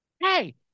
Hey